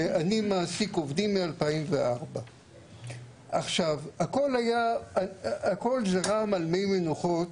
ואני מעסיק עובדים מאז 2004. הכל זרם על מי מנוחות,